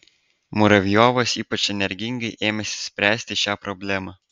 muravjovas ypač energingai ėmėsi spręsti šią problemą